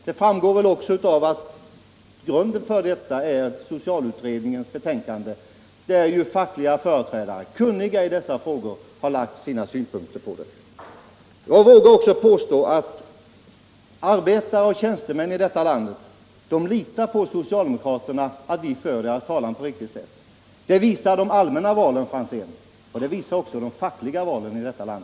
Det framgår väl också av att grunden för detta är utredningens betänkande, där ju fackliga företrädare, kunniga i dessa frågor, har anfört sina synpunkter. Jag vågar påstå att arbetare och tjänstemän i detta land litar på socialdemokraterna — att vi för deras talan på ett riktigt sätt. Det visar de allmänna valen, herr Franzén, och det visar även de fackliga valen i vårt land.